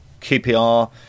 QPR